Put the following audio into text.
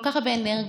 כל כך הרבה אנרגיה,